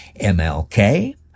MLK